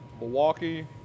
Milwaukee